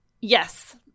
Yes